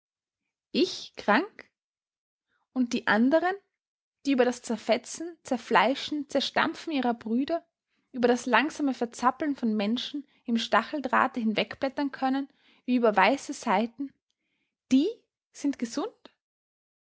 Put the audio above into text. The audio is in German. ich krank und die anderen die über das zerfetzen zerfleischen zerstampfen ihrer brüder über das langsame verzappeln von menschen im stacheldrahte hinwegblättern können wie über weiße seiten die sind gesund